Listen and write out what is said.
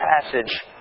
passage